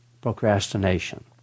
procrastination